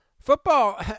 football